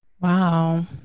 Wow